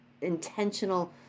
intentional